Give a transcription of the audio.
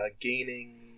gaining